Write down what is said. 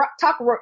talk